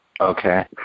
okay